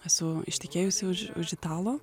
esu ištekėjusi už už italo